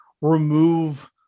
remove